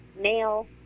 male